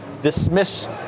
dismiss